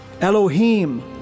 Elohim